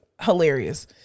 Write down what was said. hilarious